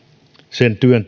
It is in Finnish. sen työn